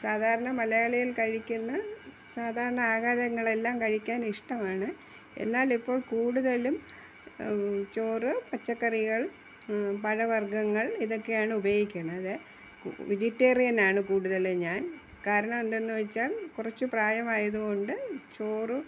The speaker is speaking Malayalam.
സാധാരണ മലയാളികൾ കഴിക്കുന്ന സാധാരണ ആഹാരങ്ങളെല്ലാം കഴിക്കാനിഷ്ടമാണ് എന്നാൽ ഇപ്പോൾ കൂടുതലും ചോറ് പച്ചക്കറികൾ പഴ വർഗ്ഗങ്ങൾ ഇതൊക്കെയാണ് ഉപയോഗിക്കണത് വെജിറ്റേറിയനാണ് കൂടുതൽ ഞാൻ കാരണെന്തെന്നു വെച്ചാൽ കുറച്ചു പ്രായമായതു കൊണ്ട് ചോറ്